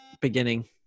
beginning